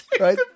Right